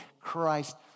Christ